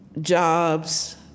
jobs